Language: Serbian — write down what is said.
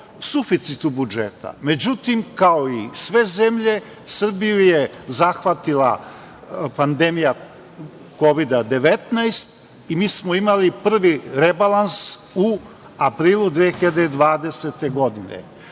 suficitu budžeta. Međutim, kao i sve zemlje, Srbiju je zahvatila pandemija Kovida-19 i mi smo imali prvi rebalans u aprilu 2020.